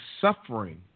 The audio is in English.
suffering